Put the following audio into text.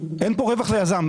אין פה רווח ליזם.